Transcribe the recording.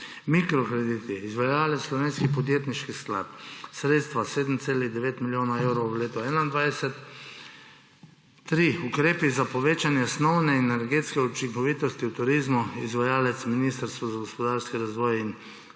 Mikrokrediti, izvajalec Slovenski podjetniški sklad, sredstva 7,9 milijona evrov v letu 2021. Tretjič. Ukrepi za povečanje osnovne in energetske učinkovitosti v turizmu, izvajalec Ministrstvo za gospodarski razvoj in